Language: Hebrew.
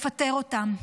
לפטר אותם.